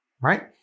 right